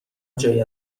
جایی